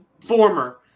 former